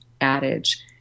adage